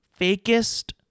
fakest